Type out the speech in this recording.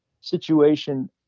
situation